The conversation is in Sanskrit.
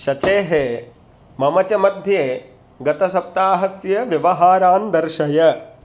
शचेः मम च मध्ये गतसप्ताहस्य व्यवहारान् दर्शय